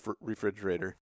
refrigerator